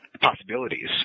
possibilities